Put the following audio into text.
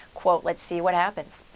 let's see what happens.